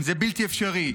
זה בלתי אפשרי.